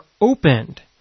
opened